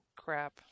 crap